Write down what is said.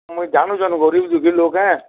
ମୁଇଁ ଜାନୁଛନ୍ ଗରିବ୍ ଦୁଃଖୀ ଲୋକ୍ ଆଏଁ